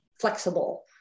flexible